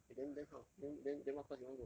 eh then then how then then then what course you want go